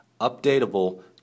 updatable